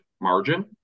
margin